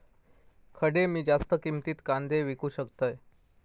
खडे मी जास्त किमतीत कांदे विकू शकतय?